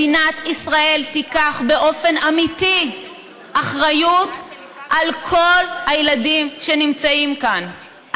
מדינת ישראל תיקח באופן אמיתי אחריות על כל הילדים שנמצאים כאן,